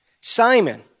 Simon